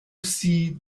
see